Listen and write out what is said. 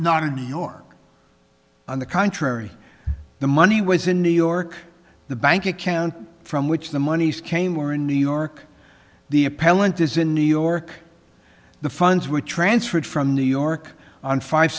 not in new york on the contrary the money was in new york the bank account from which the monies came were in new york the appellant is in new york the funds were transferred from new york on five